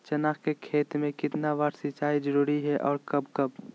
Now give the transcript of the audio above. चना के खेत में कितना बार सिंचाई जरुरी है और कब कब?